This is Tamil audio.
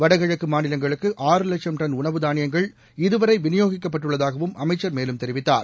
வடகிழக்கு மாநிலங்களுக்கு உணவு தானியங்கள் இதுவரை விநியோகிக்கப்பட்டுள்ளதாகவும் அமைச்சர் மேலும் தெரிவித்தார்